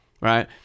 right